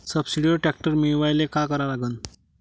सबसिडीवर ट्रॅक्टर मिळवायले का करा लागन?